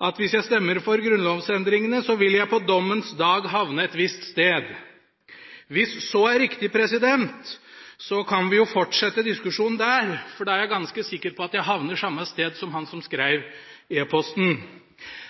at hvis jeg stemmer for grunnlovsendringene, vil jeg på dommens dag havne et visst sted. Hvis så er riktig, kan vi fortsette diskusjonen der, for jeg er ganske sikker på at jeg havner på samme sted som han som skreiv e-posten.